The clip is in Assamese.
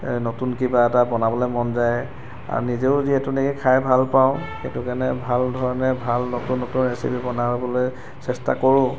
নতুন কিবা এটা বনাবলৈ মন যায় আৰু নিজেও যিহেতু নেকি খাই ভাল পাওঁ সেইটো কাৰণে ভালধৰণে ভাল নতুন নতুন ৰেচিপি বনাবলৈ চেষ্টা কৰোঁ